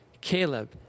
Caleb